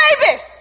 baby